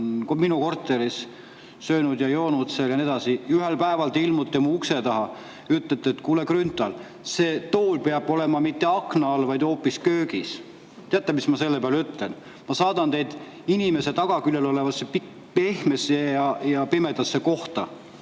minu korteris söönud ja joonud ja nii edasi. Ühel päeval te ilmute mu ukse taha ja ütlete: "Kuule, Grünthal, see tool peab olema mitte akna all, vaid hoopis köögis." Teate, mis ma selle peale ütlen? Ma saadan teid inimese tagaküljel olevasse pehmesse ja pimedasse kohta,